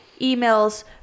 emails